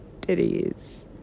Titties